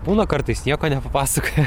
būna kartais nieko nepapasakoja